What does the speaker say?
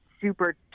super